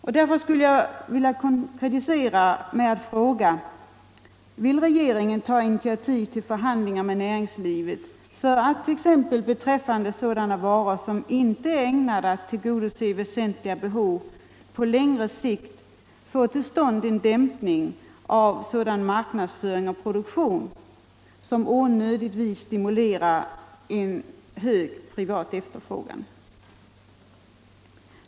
Jag skulle vilja konkretisera det hela i en fråga: Vill regeringen ta initiativ till förhandlingar med näringslivet för att t.ex. beträffande varor som inte är ägnade att tillgodose väsentliga behov på längre sikt få till stånd en dämpning av sådan marknadsföring och produktion som onödigtvis stimulerar till en högt uppdriven privat efterfrågan?